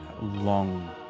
long